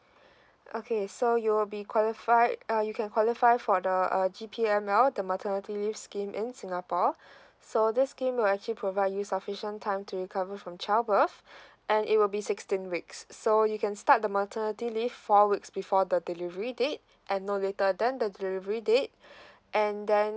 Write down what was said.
okay so you'll be qualified uh you can qualify for the uh G P M L the maternity leave scheme in singapore so this scheme will actually provide you sufficient time to recover from child birth and it will be sixteen weeks so you can start the maternity leave four weeks before the delivery date and no later than the delivery date and then